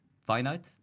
finite